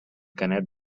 canet